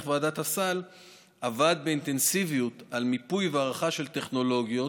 ועדת הסל עבד באינטנסיביות על מיפוי והערכה של טכנולוגיות,